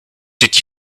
did